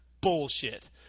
Bullshit